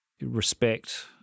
respect